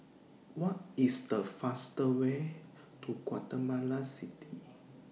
What IS The fastest Way to Guatemala City